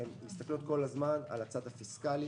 הן מסתכלות כל הזמן על הצד הפיסקלי,